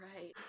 right